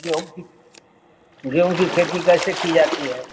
गेहूं की गेहूं की खेती कैसे की जाती है